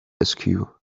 askew